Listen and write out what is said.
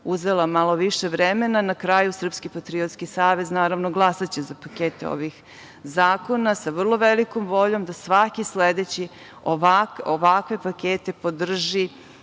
uzela malo više vremena. Na kraju Srpski patriotski savez, naravno glasaće za pakete ovih zakona sa vrlo velikom voljom da svaki sledeći ovakve pakete podrži